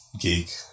geek